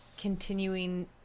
continuing